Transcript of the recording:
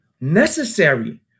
necessary